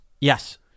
Yes